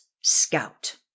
scout